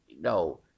No